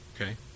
Okay